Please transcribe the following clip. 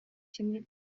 kimwe